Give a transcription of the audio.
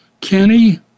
Kenny